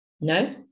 No